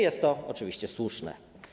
Jest to oczywiście słuszne.